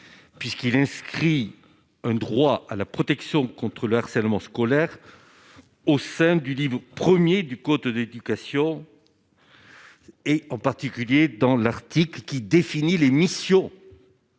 puisqu'il inscrit un droit à la protection contre le harcèlement scolaire au sein du livre au 1er du cote d'éducation et en particulier dans l'Arctique, qui définit les missions.